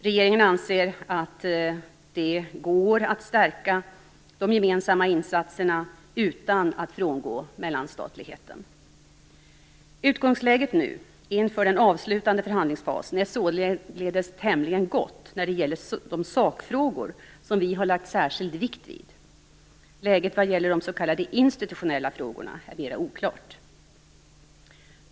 Regeringen anser att det går att stärka de gemensamma insatserna utan att frångå mellanstatligheten. Utgångsläget nu, inför den avslutande förhandlingsfasen, är således tämligen gott när det gäller de sakfrågor som vi har lagt särskild vikt vid. Läget vad gäller de s.k. institutionella frågorna är mera oklart.